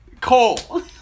Cole